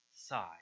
side